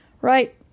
Right